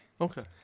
Okay